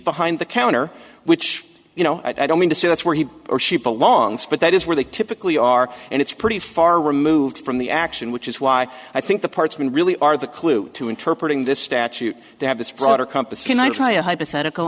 behind the counter which you know i don't mean to say that's where he or she belongs but that is where they typically are and it's pretty far removed from the action which is why i think the parts when really are the clue to interpret in this statute they have this